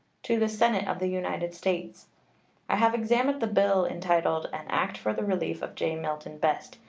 to the senate of the united states i have examined the bill entitled an act for the relief of j. milton best,